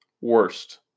worst